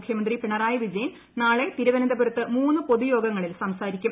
മുഖ്യമന്ത്രി പിണറായി വിജയൻ നാളെ തിരുവനന്തപുരത്ത് മൂന്ന് പൊതുയോഗങ്ങളിൽ സംസാരിക്കും